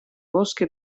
bosque